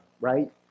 right